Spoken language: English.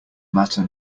matter